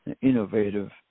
innovative